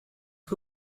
que